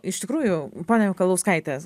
iš tikrųjų ponia mikalauskaite